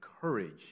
courage